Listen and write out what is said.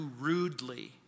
rudely